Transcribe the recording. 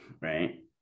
right